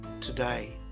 today